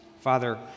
Father